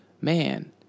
Man